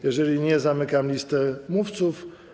Jeżeli nie, zamykam listę mówców.